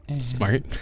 Smart